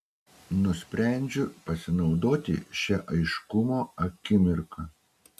nusprendžiu pasinaudoti šia aiškumo akimirka